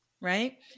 right